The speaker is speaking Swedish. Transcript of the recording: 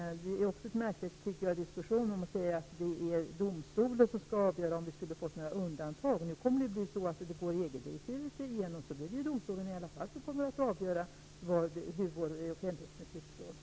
Vidare tycker jag att det är en märklig diskussion när man säger att det är domstolen som skall avgöra om vi skall få undantag. Men om EG-direktivet går igenom blir det ju domstolen som i alla fall kommer att avgöra hur det skall vara beträffande vår offentlighetsprincip.